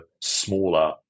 smaller